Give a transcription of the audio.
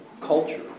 culture